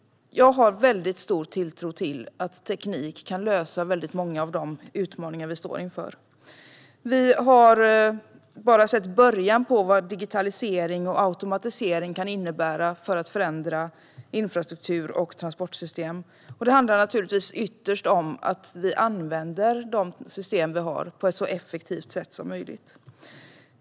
Jag har väldigt stor tilltro till att teknik kan lösa många av de utmaningar som vi står inför. Vi har bara sett början på vad digitalisering och automatisering kan innebära för att förändra infrastruktur och transportsystem. Ytterst handlar det om att vi använder de system som vi har på ett så effektivt sätt som möjligt.